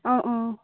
অঁ অঁ